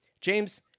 james